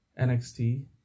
NXT